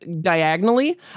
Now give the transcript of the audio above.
diagonally